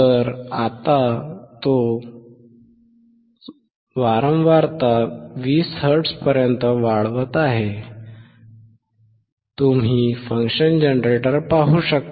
तर आता तो सहाय्यक वारंवारता 20 हर्ट्झपर्यंत वाढत आहे तुम्ही फंक्शन जनरेटर पाहू शकता